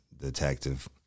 detective